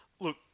look